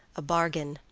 a bargain.